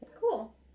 Cool